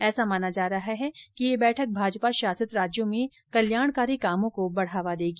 ऐसा माना जा रहा है कि यह बैठक भाजपा शासित राज्यों में कल्याणकारी कामों को बढ़ावा देगी